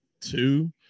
two